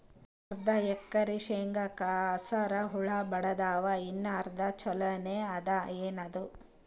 ಅರ್ಧ ಎಕರಿ ಶೇಂಗಾಕ ಹಸರ ಹುಳ ಬಡದಾವ, ಇನ್ನಾ ಅರ್ಧ ಛೊಲೋನೆ ಅದ, ಏನದು?